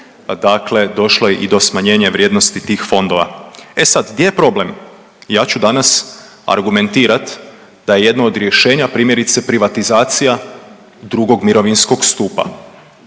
dakle došlo je i do smanjenja vrijednosti tih fondova. E sad gdje je problem? Ja ću danas argumentirat da je jedno od rješenja primjerice privatizacija 2. mirovinskog stupa.